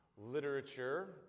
literature